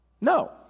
No